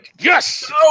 yes